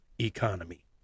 economy